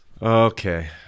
Okay